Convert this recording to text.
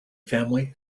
family